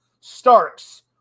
Starks